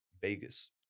Vegas